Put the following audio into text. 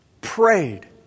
prayed